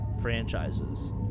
franchises